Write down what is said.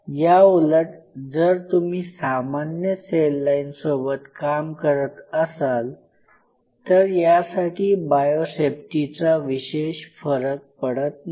या उलट जर तुम्ही सामान्य सेल लाईन सोबत काम करत असाल तर यासाठी बायो सेफ्टी चा विशेष फरक पडत नाही